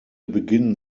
beginnen